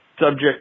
subject